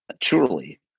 truly